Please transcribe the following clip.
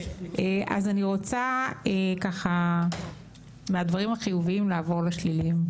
אז אני רוצה מהדברים החיוביים לעבור לשליליים,